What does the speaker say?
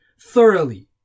thoroughly